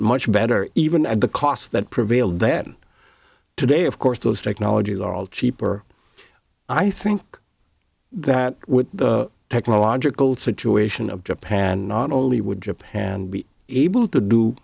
much better even at the cost that prevailed then today of course those technologies are all cheaper i think that the technological situation of japan not only would japan be able to do